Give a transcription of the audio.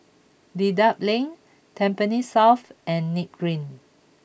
Dedap Link Tampines South and Nim Green